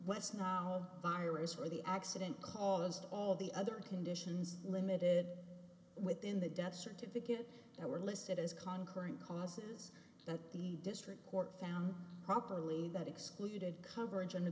west nile virus or the accident caused all the other conditions limited within the death certificate that were listed as conquering causes that the district court found properly that excluded coverage and t